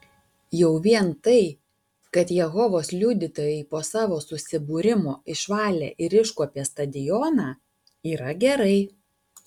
jau vien tai kad jehovos liudytojai po savo susibūrimo išvalė ir iškuopė stadioną yra gerai